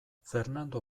fernando